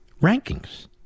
rankings